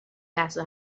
لحظه